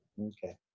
Okay